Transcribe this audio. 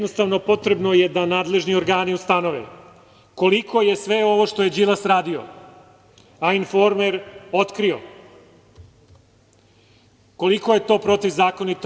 Potrebno je da nadležni organi ustanove koliko je sve ovo što je Đilas radio, a „Informer“ otkrio, koliko je to protivzakonito?